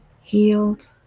healed